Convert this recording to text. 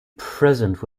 present